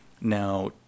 Now